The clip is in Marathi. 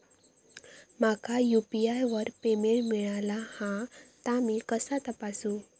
माका यू.पी.आय वर पेमेंट मिळाला हा ता मी कसा तपासू?